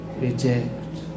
reject